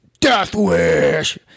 Deathwish